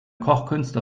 kochkünste